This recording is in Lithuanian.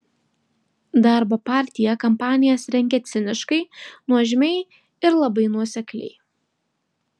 darbo partija kampanijas rengia ciniškai nuožmiai ir labai nuosekliai